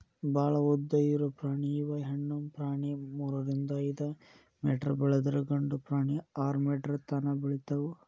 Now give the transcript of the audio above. ಭಾಳ ಉದ್ದ ಇರು ಪ್ರಾಣಿ ಇವ ಹೆಣ್ಣು ಪ್ರಾಣಿ ಮೂರರಿಂದ ಐದ ಮೇಟರ್ ಬೆಳದ್ರ ಗಂಡು ಪ್ರಾಣಿ ಆರ ಮೇಟರ್ ತನಾ ಬೆಳಿತಾವ